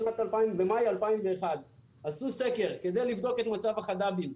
במאי 2001. עשו סקר כדי לבדוק את מצב החד"בים.